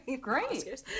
great